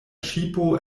ŝipo